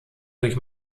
durch